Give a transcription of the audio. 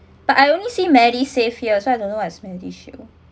but I only see medisave here so I don't know as medishield